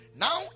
Now